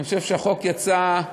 אני חושב שהחוק יצא,